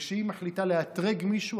וכשהיא מחליטה לאתרג מישהו,